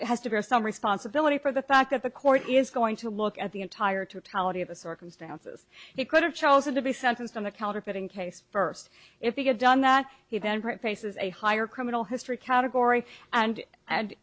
has to bear some responsibility for the fact that the court is going to look at the entire totality of the circumstances he could have chosen to be sentenced on the counterfeiting case first if you get done that he then put faces a higher criminal history category and and